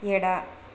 ಎಡ